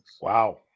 Wow